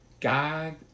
God